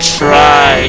try